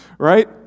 right